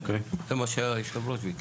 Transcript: זה מה שהיושב ראש ביקש.